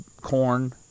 corn